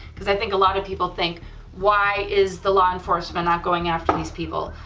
because i think a lot of people think why is the law enforcement not going after these people,